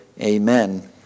Amen